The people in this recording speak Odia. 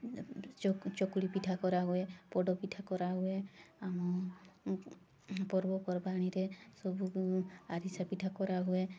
ଚକୁଳି ପିଠା କରାହୁଏ ପୋଡ଼ ପିଠା କରାହୁଏ ଆମ ପର୍ବ ପର୍ବାଣିରେ ସବୁ ଆରିସା ପିଠା କରାହୁଏ